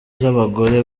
z’abagore